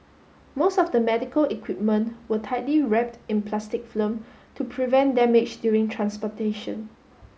most of the medical equipment were tightly wrapped in plastic film to prevent damage during transportation